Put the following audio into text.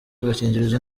agakingirizo